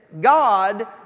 God